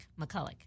McCulloch